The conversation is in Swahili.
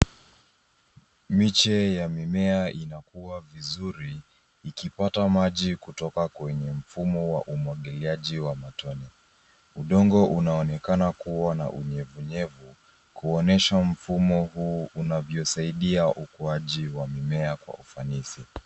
Miche ya mimea inakua vizuri, ikipata maji kutoka kwenye mfumo wa umwagiliaji wa matone. Udongo unaonekana kuwa na unyevunyevu, kuonyesha mfumo huu unavyosaidia ukuaji wa mimea kwa ufanisi.